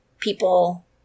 people